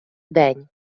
день